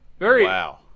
Wow